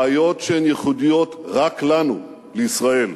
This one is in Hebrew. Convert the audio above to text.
בעיות שהן ייחודיות רק לנו, לישראל.